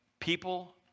People